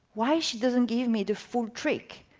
why she doesn't give me the full trick?